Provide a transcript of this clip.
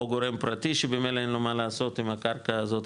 או גורם פרטי שבמלא אין לו מה לעשות עם הקרקע הזאת,